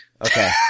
Okay